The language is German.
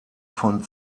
von